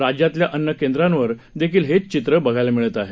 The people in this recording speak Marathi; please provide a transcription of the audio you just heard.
राज्यातल्या अन्य केंद्रांवर देखील हेच चित्र बघायला मिळत आहे